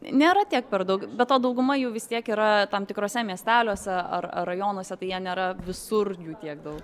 nėra tiek per daug be to dauguma jų vis tiek yra tam tikruose miesteliuose ar rajonuose tai jie nėra visur jų tiek daug